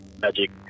magic